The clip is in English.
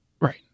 Right